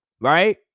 Right